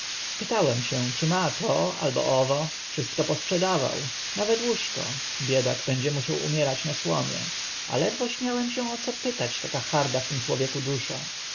pytałem się czy ma to albo owo wszystko posprzedawał nawet łóżko biedak będzie musiał umierać na słomie a ledwo śmiałem się o co pytać taka harda w tym człowieku dusza